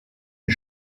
une